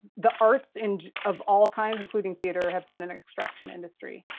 the arts and of all kinds, including theater, have been an extraction industry.